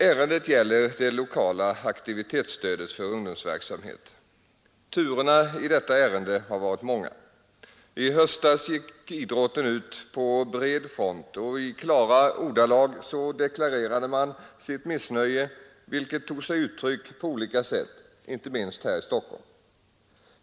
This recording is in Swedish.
Ärendet gäller det lokala aktivitetsstödet för ungdomsverksamhet. Turerna i detta ärende har varit många. I höstas gick idrotten ut på bred front, och i klara ordalag deklarerade man sitt missnöje, vilket tog sig uttryck på olika sätt inte minst här i Stockholm.